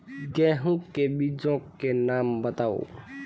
गेहूँ के बीजों के नाम बताओ?